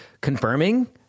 confirming